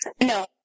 no